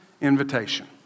invitation